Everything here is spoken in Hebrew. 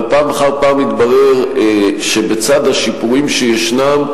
אבל פעם אחר פעם התברר שבצד השיפורים שישנם,